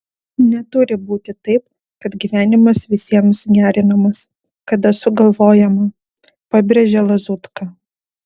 neturi būti taip kad gyvenimas visiems gerinamas kada sugalvojama pabrėžia lazutka